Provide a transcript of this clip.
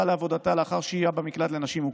לעבודתה לאחר שהייה במקלט לנשים מוכות,